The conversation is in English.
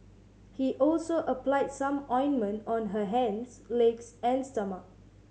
he also applied some ointment on her hands legs and stomach